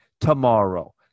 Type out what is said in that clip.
tomorrow